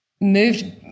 moved